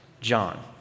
John